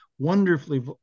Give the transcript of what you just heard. wonderfully